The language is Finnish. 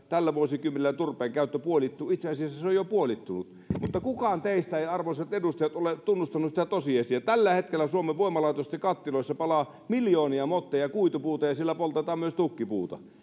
tällä vuosikymmenellä turpeen käyttö puolittuu ja itse asiassa se on jo puolittunut mutta kukaan teistä ei arvoisat edustajat ole tunnustanut sitä tosiasiaa tällä hetkellä suomen voimalaitosten kattiloissa palaa miljoonia motteja kuitupuuta ja siellä poltetaan myös tukkipuuta